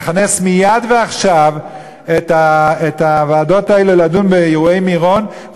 לכנס מייד ועכשיו את הוועדות האלה לדון באירועי מירון,